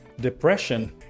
depression